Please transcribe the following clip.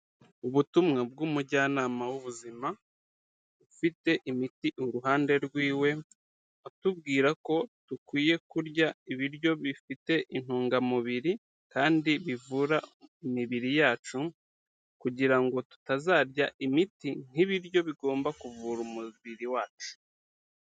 Ubutumwa bw'umujyanama w'ubuzima ufite imiti uruhande rwiwe, akubwira ko dukwiye kurya ibiryo bifite intungamubiri kandi bivura imibiri yacu kugira ngo tutazarya imiti nk'ibiryo bigomba kuvura umubiri wacu.